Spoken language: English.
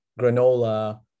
granola